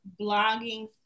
blogging